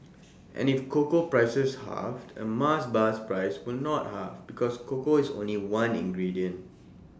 and if cocoa prices halved A Mars bar's price will not halve because cocoa is only one ingredient